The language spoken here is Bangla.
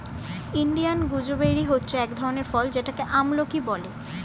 ইন্ডিয়ান গুজবেরি হচ্ছে এক ধরনের ফল যেটাকে আমলকি বলে